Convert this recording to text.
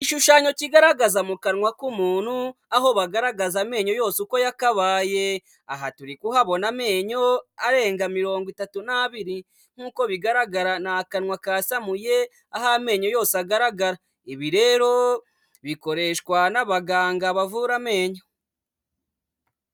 Igishushanyo kigaragaza mu kanwa k'umuntu aho bagaragaza amenyo yose uko yakabaye. Aha turi kuhabona amenyo arenga mirongo itatu n'abiri nk'uko bigaragara ni akanwa kasamuye aho amenyo yose agaragara. Ibi rero bikoreshwa n'abaganga bavura amenyo.